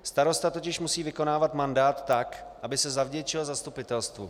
Starosta totiž musí vykonávat mandát tak, aby se zavděčil zastupitelstvu.